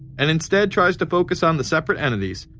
and instead tries to focus on the separate entities.